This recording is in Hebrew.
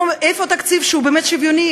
איפה התקציב שהוא באמת שוויוני?